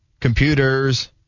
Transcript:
computers